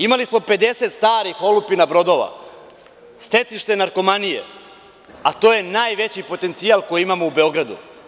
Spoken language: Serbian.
Imali smo 50 starih olupina brodova, stecište narkomanije, a to je najveći potencijal koji imamo u Beogradu.